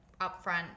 upfront